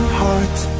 heart